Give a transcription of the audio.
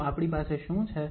તો આપણી પાસે શું છે